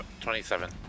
twenty-seven